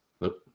Nope